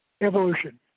evolution